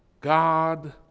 God